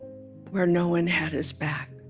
where no one had his back.